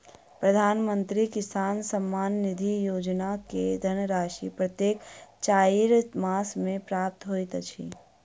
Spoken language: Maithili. प्रधानमंत्री किसान सम्मान निधि योजना के धनराशि प्रत्येक चाइर मास मे प्राप्त होइत अछि